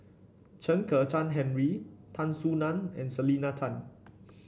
Chen Kezhan Henri Tan Soo Nan and Selena Tan